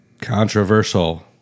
Controversial